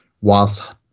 whilst